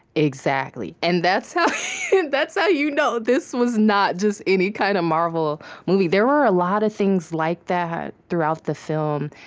exactly. and that's how and that's how you know, this was not just any kind of marvel movie. there were a lot of things like that throughout the film,